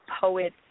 poet